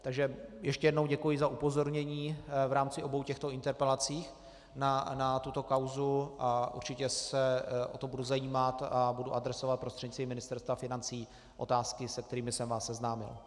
Takže ještě jednou děkuji za upozornění v rámci obou těchto interpelací na tuto kauzu a určitě se o to budu zajímat a budu adresovat prostřednictvím Ministerstva financí otázky, s kterými jsem vás seznámil.